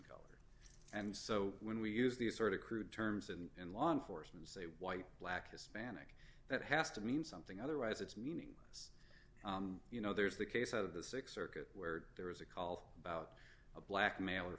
color and so when we use these sort of crude terms and law enforcement say white black hispanic that has to mean something otherwise it's meaningless you know there's the case of the six circuit where there was a call about a black male or